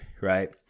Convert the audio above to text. Right